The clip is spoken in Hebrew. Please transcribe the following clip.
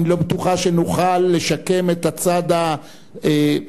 אני לא בטוחה שנוכל לשקם את הצד הנפשי,